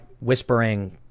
whispering